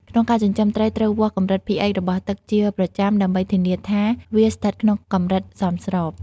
ក្នុងការចិញ្ចឹមត្រីត្រូវវាស់កម្រិត pH របស់ទឹកជាប្រចាំដើម្បីធានាថាវាស្ថិតក្នុងកម្រិតសមស្រប។